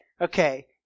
Okay